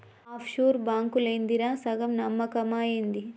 half sure బాంకులేందిరా, సగం నమ్మకమా ఏంది